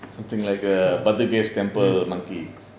something like err batu caves temple monkey